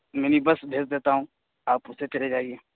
منی بس بھیج دیتا ہوں آپ اس سے چلے جائیے